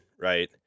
right